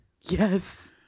Yes